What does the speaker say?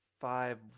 five